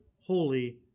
Holy